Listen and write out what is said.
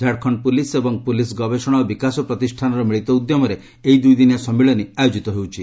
Jharkhand police ଏବଂ police ଗବେଷଣା ଓ ବିକାଶ ପ୍ରତିଷ୍ଠାନର ମିଳିତ ଉଦ୍ୟମରେ ଏହି ଦୁଇଦିନିଆ ସମ୍ମିଳନୀ ଆୟୋକିତ ହେଉଛି